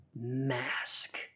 Mask